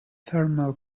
thermal